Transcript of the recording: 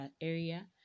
area